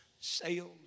sailed